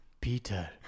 Peter